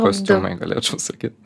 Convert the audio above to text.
kostiumai galėčiau sakyt